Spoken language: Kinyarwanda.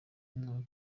umwaka